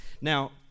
Now